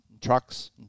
trucks